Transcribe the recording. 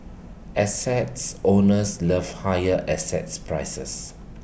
assets owners love higher assets prices